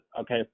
Okay